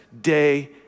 day